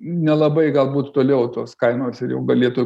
nelabai galbūt toliau tos kainos ir jau galėtų